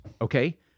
okay